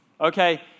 Okay